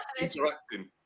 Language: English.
interacting